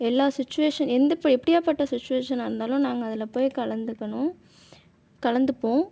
எல்லா சுச்சுவேஷன் எந்த எப்படியாப்பட்ட சுச்சுவேஷன்னா இருந்தாலும் நாங்கள் அதில் போய் கலந்துக்கணும் கலந்துப்போம்